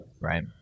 right